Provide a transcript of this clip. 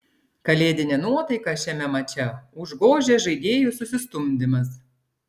kalėdinę nuotaiką šiame mače užgožė žaidėjų susistumdymas